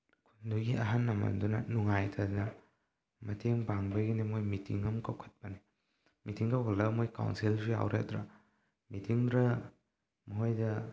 ꯅꯣꯏꯒꯤ ꯑꯍꯜ ꯂꯃꯟꯗꯨꯅ ꯅꯨꯡꯉꯥꯏꯇꯗꯅ ꯃꯇꯦꯡ ꯄꯥꯡꯕꯒꯤꯅꯤ ꯃꯣꯏ ꯃꯤꯠꯇꯤꯡ ꯑꯃ ꯀꯧꯈꯠꯄꯅꯤ ꯃꯤꯠꯇꯤꯡ ꯀꯧꯈꯠꯄꯗ ꯃꯣꯏ ꯀꯥꯎꯟꯁꯤꯜꯁꯨ ꯌꯥꯎꯔꯦ ꯑꯗꯨꯗ ꯃꯤꯠꯇꯤꯡꯗꯨꯗ ꯃꯣꯏꯗ